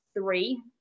three